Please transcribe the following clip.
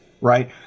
right